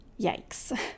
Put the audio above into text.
Yikes